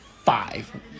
five